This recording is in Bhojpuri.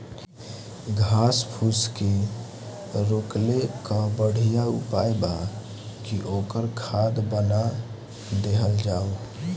घास फूस के रोकले कअ बढ़िया उपाय बा कि ओकर खाद बना देहल जाओ